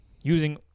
using